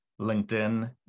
LinkedIn